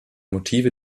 motive